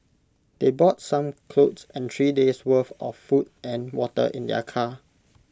they brought some clothes and three days' worth of food and water in their car